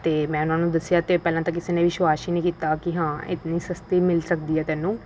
ਅਤੇ ਮੈਂ ਉਹਨਾਂ ਨੂੰ ਦੱਸਿਆ ਅਤੇ ਪਹਿਲਾਂ ਤਾਂ ਕਿਸੇ ਨੇ ਵਿਸ਼ਵਾਸ ਹੀ ਨਹੀਂ ਕੀਤਾ ਕਿ ਹਾਂ ਇੰਨੀ ਸਸਤੀ ਮਿਲ ਸਕਦੀ ਹੈ ਤੈਨੂੰ